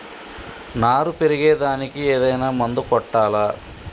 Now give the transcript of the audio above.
నారు పెరిగే దానికి ఏదైనా మందు కొట్టాలా?